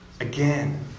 again